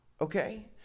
Okay